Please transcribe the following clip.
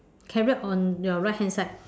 carrot on your right hand side